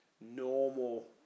normal